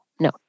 no